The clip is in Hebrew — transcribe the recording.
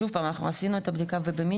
שוב פעם אנחנו עשינו את הבדיקה ובמינימום